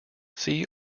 see